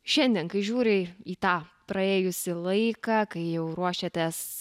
šiandien kai žiūri į tą praėjusį laiką kai jau ruošiatės